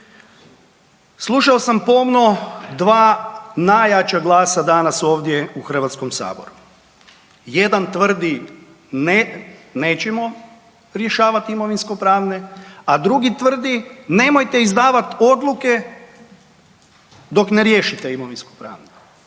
Slušao sam pomno dva najjača glasa danas ovdje u Hrvatskom saboru. Jedan tvrdi, ne, nećemo rješavati imovinsko-pravne, a drugi tvrdi nemojte izdavati odluke dok ne riješite imovinsko-pravne.